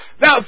Now